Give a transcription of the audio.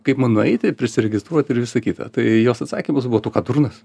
kaip man nueiti ir prisiregistruot ir visa kita tai jos atsakymas buvo tu ką durnas